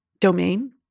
domain